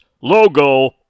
logo